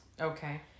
Okay